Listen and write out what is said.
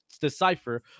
decipher